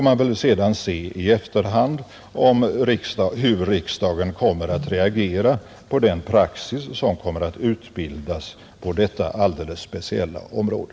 Man får då i efterhand se hur riksdagen kommer att reagera på den praxis som kommer att utvecklas på detta speciella område.